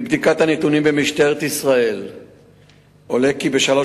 מבדיקת הנתונים במשטרת ישראל עולה כי בשלוש